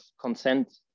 consent